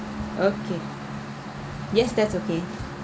okay yes that's okay